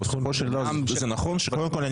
קודם כול,